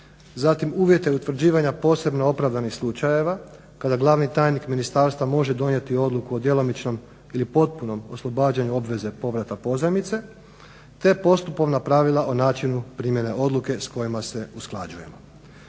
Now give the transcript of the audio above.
zatim uvjete utvrđivanja posebno opravdanih slučajeva, kada glavni tajnik ministarstva može donijeti odluku o djelomičnom ili potpunom oslobađanju obveze povrata pozajmice te postupovna pravila o načinu promjere odluke s kojima se usklađujemo.